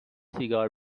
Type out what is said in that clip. سیگار